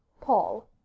Paul